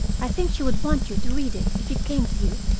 i think she would want you to read it if it came to you.